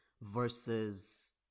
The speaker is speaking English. Versus